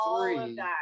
three